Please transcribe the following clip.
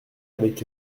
avec